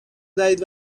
دهید